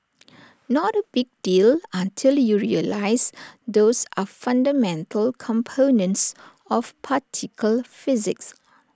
not A big deal until you realise those are fundamental components of particle physics